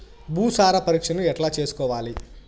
భూసార పరీక్షను ఎట్లా చేసుకోవాలి?